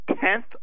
tenth